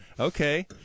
Okay